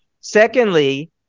Secondly